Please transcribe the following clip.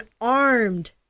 armed